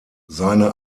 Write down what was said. seine